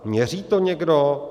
Měří to někdo?